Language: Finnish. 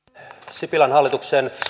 sipilän hallituksen